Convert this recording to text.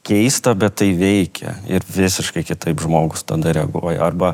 keista bet tai veikia ir visiškai kitaip žmogų tada reaguoji arba